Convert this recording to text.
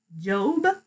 Job